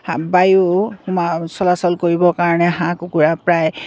বায়ু চলাচল কৰিবৰ কাৰণে হাঁহ কুকুৰা প্ৰায়